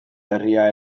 herria